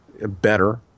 better